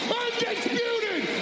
undisputed